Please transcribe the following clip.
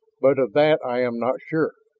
but of that i am not sure.